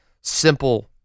simple